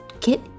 get